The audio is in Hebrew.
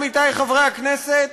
עמיתי חברי הכנסת,